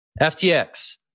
FTX